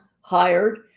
hired